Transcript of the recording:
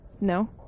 No